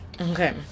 Okay